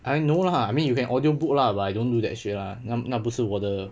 !huh! no lah I mean you can audio book lah but I don't do that shit lah 那那不是我的